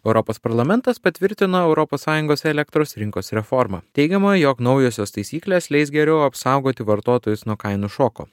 europos parlamentas patvirtino europos sąjungos elektros rinkos reformą teigiama jog naujosios taisyklės leis geriau apsaugoti vartotojus nuo kainų šoko